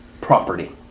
property